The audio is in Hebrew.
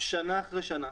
שנה אחרי שנה,